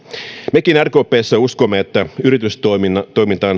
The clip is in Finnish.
mekin rkpssa uskomme että yritystoimintaan